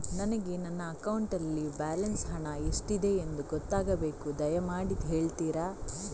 ನನಗೆ ನನ್ನ ಅಕೌಂಟಲ್ಲಿ ಬ್ಯಾಲೆನ್ಸ್ ಹಣ ಎಷ್ಟಿದೆ ಎಂದು ಗೊತ್ತಾಗಬೇಕು, ದಯಮಾಡಿ ಹೇಳ್ತಿರಾ?